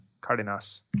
Cardenas